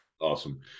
awesome